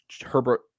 Herbert